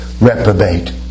reprobate